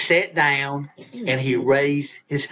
sat down and he raised his